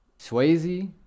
Swayze